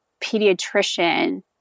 pediatrician